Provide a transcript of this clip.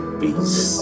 peace